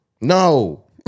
No